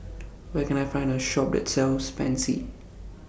Where Can I Find A Shop that sells Pansy